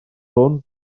hwn